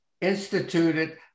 instituted